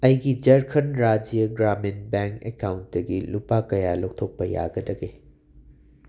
ꯑꯩꯒꯤ ꯖꯔꯈꯟ ꯔꯥꯖ꯭ꯌ ꯒ꯭ꯔꯥꯃꯤꯟ ꯕꯦꯡ ꯑꯦꯀꯥꯎꯟꯇꯒꯤ ꯂꯨꯄꯥ ꯀꯌꯥ ꯂꯧꯊꯣꯛꯄ ꯌꯥꯒꯗꯒꯦ